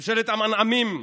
ממשלת המנעמים,